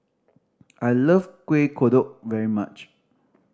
I love Kuih Kodok very much